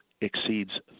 exceeds